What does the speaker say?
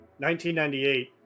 1998